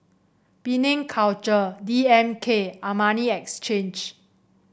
Penang Culture D M K Armani Exchange